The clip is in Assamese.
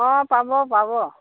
অঁ পাব পাব